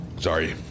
Sorry